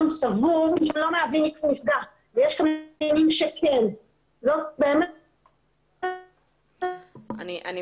סבור --- לא מהווים מפגע ויש --- שכן --- אני מצטערת,